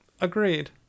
Agreed